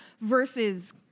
versus